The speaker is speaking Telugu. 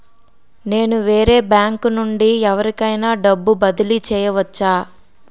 నేను వేరే బ్యాంకు నుండి ఎవరికైనా డబ్బు బదిలీ చేయవచ్చా?